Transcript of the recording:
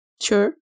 Sure